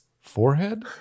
forehead